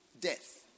death